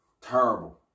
terrible